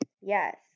Yes